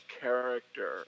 character